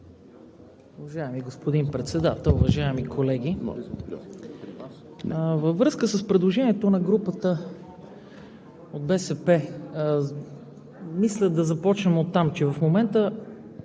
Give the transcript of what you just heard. Във връзка с предложението на групата на БСП мисля да започнем оттам, че в момента